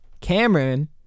Cameron